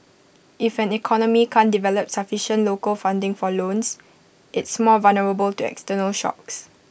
if an economy can't develop sufficient local funding for loans it's more vulnerable to external shocks